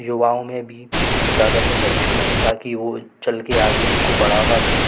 युवाओं में भी ज़्यादातर बच्चों में ताकि वो चल के आगे इसको बढ़ावा दें